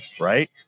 right